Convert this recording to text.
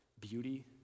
beauty